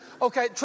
Okay